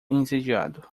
entediado